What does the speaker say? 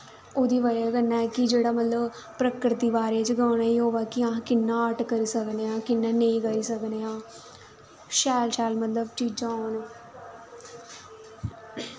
ओह्दी बजह कन्नै जेह्ड़ी मतलब कि प्राकृति बारे च गलाना होऐ अस कि'यां आर्ट करी सकने आं कि'यां नेईं शैल शैल मतलब चीजां होन